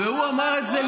לא יכול להיות.